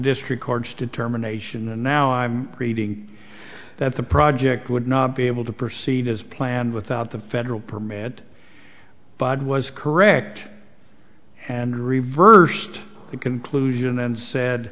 district court's determination and now i'm reading that the project would not be able to proceed as planned without the federal permit bob was correct and reversed the conclusion and said